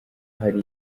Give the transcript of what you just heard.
hari